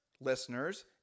listeners